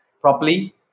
properly